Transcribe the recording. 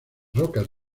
rocas